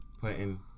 putting